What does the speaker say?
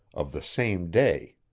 of the same day.